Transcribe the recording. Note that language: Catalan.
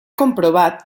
comprovat